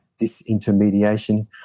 disintermediation